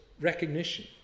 recognition